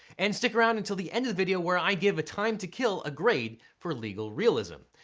and stick around until the end of the video where i give a time to kill a grade for legal realism.